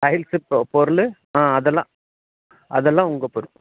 tiles பொருள் ஆ அதெல்லாம் அதெல்லாம் உங்கள் பொறுப்பு